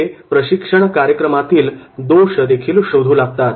ते प्रशिक्षण कार्यक्रमातील दोषदेखील शोधू लागतात